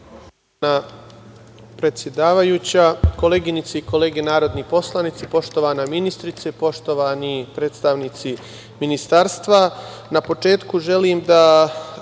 predsedavajuća, koleginice i kolege narodni poslanici, poštovana ministrice, poštovani predstavnici ministarstva, na početku želim da